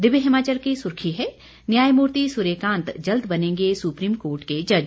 दिव्य हिमाचल की सुर्खी है न्यायमूर्ति सूर्यकांत जल्द बनेंगे सुप्रीम कोर्ट के जज